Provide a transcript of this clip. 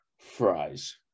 fries